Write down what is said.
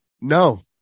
No